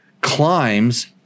climb's